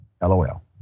lol